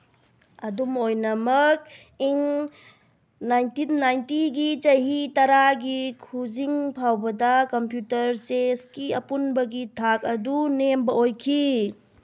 ꯑꯗꯨꯝ ꯑꯣꯏꯅꯃꯛ ꯏꯪ ꯅꯥꯏꯟꯇꯤꯟ ꯅꯥꯏꯟꯇꯤꯒꯤ ꯆꯍꯤ ꯇꯔꯥꯒꯤ ꯈꯨꯖꯤꯡ ꯐꯥꯎꯕꯗ ꯀꯝꯄ꯭ꯌꯨꯇꯔ ꯆꯦꯁꯀꯤ ꯑꯄꯨꯟꯕꯒꯤ ꯊꯥꯛ ꯑꯗꯨ ꯅꯦꯝꯕ ꯑꯣꯏꯈꯤ